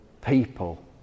people